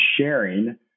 sharing